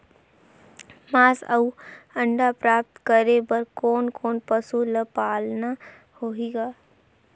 मांस अउ अंडा प्राप्त करे बर कोन कोन पशु ल पालना होही ग?